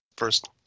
first